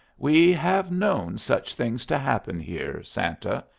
we have known such things to happen here, santa,